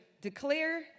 declare